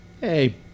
hey